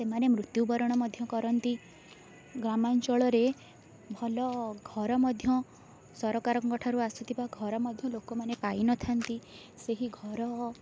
ସେମାନେ ମୃତ୍ୟୁବରଣ ମଧ୍ୟ କରନ୍ତି ଗ୍ରାମାଞ୍ଚଳରେ ଭଲ ଘର ମଧ୍ୟ ସରକାରଙ୍କ ଠାରୁ ଆସୁଥିବା ଘର ମଧ୍ୟ ଲୋକମାନେ ପାଇନଥାନ୍ତି ସେହି ଘର